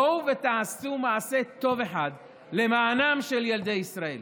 בואו ותעשו מעשה טוב אחד למען ילדי ישראל.